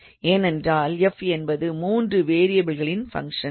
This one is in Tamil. ஏனென்றால் f எனபது 3 வேரியபில்களின் ஃபங்க்ஷன்